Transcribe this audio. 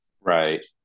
Right